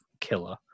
killer